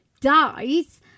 dies